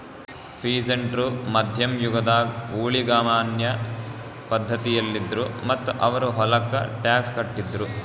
peasant ರು ಮಧ್ಯಮ್ ಯುಗದಾಗ್ ಊಳಿಗಮಾನ್ಯ ಪಧ್ಧತಿಯಲ್ಲಿದ್ರು ಮತ್ತ್ ಅವ್ರ್ ಹೊಲಕ್ಕ ಟ್ಯಾಕ್ಸ್ ಕಟ್ಟಿದ್ರು